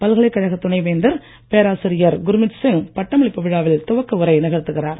பல்கலைக்கழக துணைவேந்தர் பேராசிரியர் குர்மித் சிங் பட்டமளிப்பு விழாவில் துவக்க உரை நிகழ்த்துகிறார்